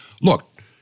Look